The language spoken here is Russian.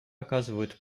оказывают